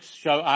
show